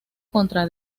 contra